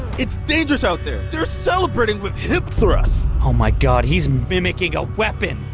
it's dangerous out there! they're celebrating with hip thrusts! oh my god, he's mimicking a weapon!